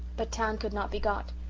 but town could not be got.